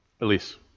Elise